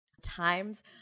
times